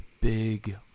big